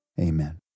Amen